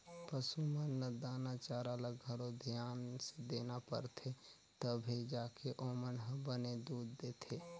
पसू मन ल दाना चारा ल घलो धियान से देना परथे तभे जाके ओमन ह बने दूद देथे